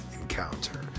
encounter